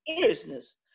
seriousness